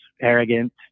Arrogant